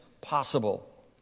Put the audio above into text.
possible